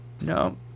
no